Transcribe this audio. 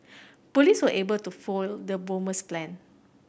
police were able to foil the bomber's plan